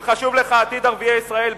אם חשוב לך עתיד ערביי ישראל,